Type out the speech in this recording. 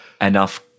enough